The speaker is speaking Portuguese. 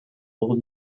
pôr